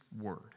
word